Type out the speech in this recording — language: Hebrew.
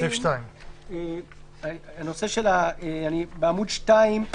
סעיף 2. אני בעמוד 2,